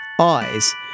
eyes